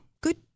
good